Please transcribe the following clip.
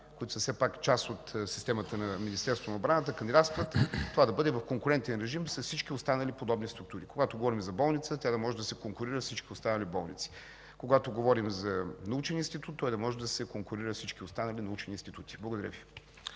които са част от системата на Министерството на отбраната, това да бъде в конкурентен режим с всички останали подобни структури. Когато говорим за болница – тя да може да се конкурира с всички останали болници, когато говорим за научен институт – той да може да се конкурира с всички останали научни институти. Благодаря Ви.